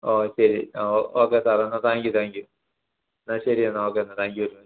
ഓ ശരി ഓ ഓക്കെ സാറേ എന്നാൽ താങ്ക് യു താങ്ക് യു എന്നാൽ ശരി എന്നാൽ ഓക്കെ എന്നാൽ താങ്ക് യു